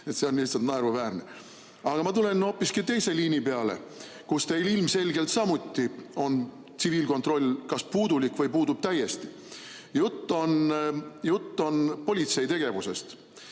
See on lihtsalt naeruväärne. Aga ma tulen hoopiski teise liini peale, kus teil ilmselgelt samuti on tsiviilkontroll kas puudulik või puudub täiesti. Jutt on politsei tegevusest.